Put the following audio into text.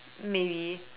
maybe